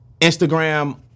Instagram